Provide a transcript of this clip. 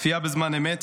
צפייה בזמן אמת,